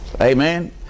Amen